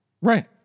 Right